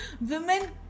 women